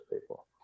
people